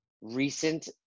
recent